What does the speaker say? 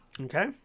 Okay